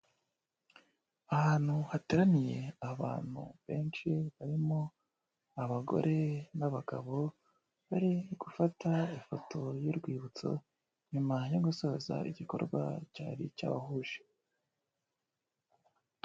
Ahantu hateraniye abantu benshi, barimo abagore n'abagabo, bari gufata ifoto y'urwibutso, nyuma yo gusoza igikorwa cyari cyabahuje.